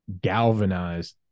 galvanized